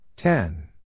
Ten